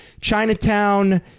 Chinatown